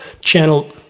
Channel